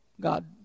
God